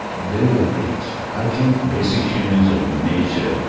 very young age, i think basic human so nature,